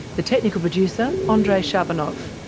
the technical producer andrei shabunov,